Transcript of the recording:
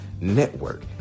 network